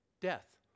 death